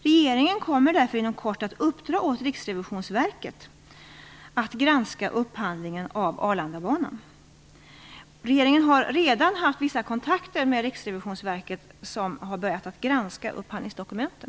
Regeringen kommer därför att inom kort uppdra åt Riksrevisionsverket att granska upphandlingen av Arlandabanan. Regeringen har redan haft vissa kontakter med Riksrevisionsverket som har börjat att granska upphandlingsdokumenten.